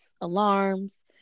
alarms